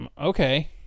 okay